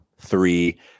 three